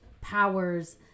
powers